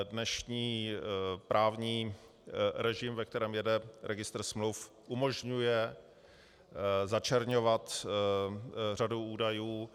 Dnešní právní režim, ve kterém jede registr smluv, umožňuje začleňovat řadu údajů.